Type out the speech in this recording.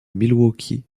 milwaukee